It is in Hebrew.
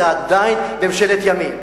זאת עדיין ממשלת ימין.